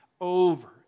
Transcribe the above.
Over